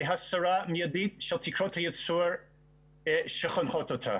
הסרה מיידית של תקרות הייצור שחונקות אותה.